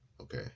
Okay